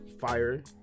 fire